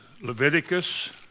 Leviticus